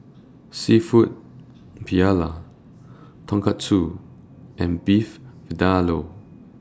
Seafood Paella Tonkatsu and Beef Vindaloo